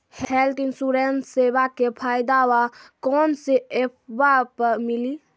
Health इंश्योरेंसबा के फायदावा कौन से ऐपवा पे मिली?